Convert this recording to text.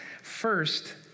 First